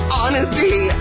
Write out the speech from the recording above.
honesty